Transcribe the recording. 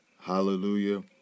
Hallelujah